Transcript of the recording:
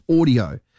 audio